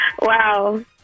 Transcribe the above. Wow